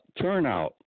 turnout